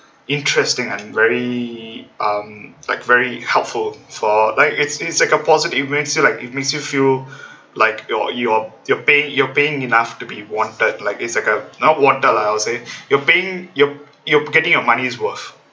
interesting and very um like very helpful for like it's it's like a positive it makes you like it makes you feel like you're you're you're paying you're paying enough to be wanted like it's like uh not wanted lah I would say you're paying you're you're getting your money's worth